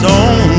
on